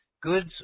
goods